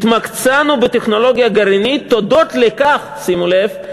התמקצענו בטכנולוגיה גרעינית תודות לכך" שימו לב,